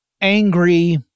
angry